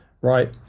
right